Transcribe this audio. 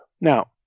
Now